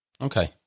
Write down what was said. Okay